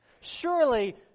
Surely